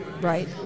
Right